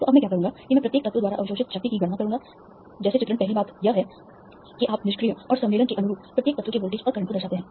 तो अब मैं क्या करूँगा कि मैं प्रत्येक तत्व द्वारा अवशोषित शक्ति की गणना करूँगा जैसे चित्रण पहली बात यह है कि आप निष्क्रिय और सम्मेलन के अनुरूप प्रत्येक तत्व के वोल्टेज और करंट को दर्शाते हैं